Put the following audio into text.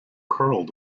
curled